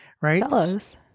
Right